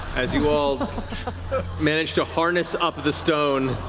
as you all manage to harness up the stone,